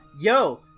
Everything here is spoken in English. yo